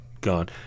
gone